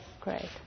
great